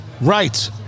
right